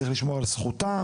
צריך לשמור על זכותם,